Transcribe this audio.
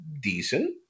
decent